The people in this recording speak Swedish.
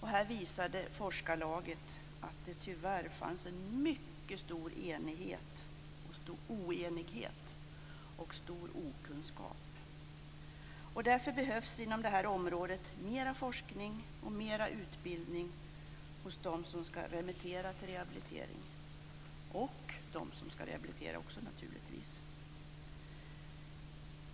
Här visar forskarlaget att det tyvärr finns en mycket stor oenighet och stor okunskap. Därför behövs inom det här området mer forskning och mer utbildning hos dem som skall remittera till rehabiliteringen och naturligtvis också hos dem som skall rehabilitera.